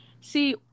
See